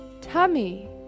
tummy